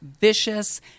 vicious